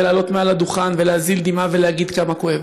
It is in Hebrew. ולעלות מעל הדוכן ולהזיל דמעה ולהגיד כמה כואב,